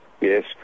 yes